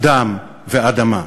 אדם ואדמה.